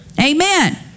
Amen